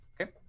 Okay